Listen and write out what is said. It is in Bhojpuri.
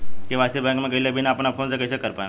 के.वाइ.सी बैंक मे गएले बिना अपना फोन से कइसे कर पाएम?